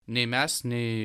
nei mes nei